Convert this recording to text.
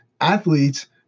Athletes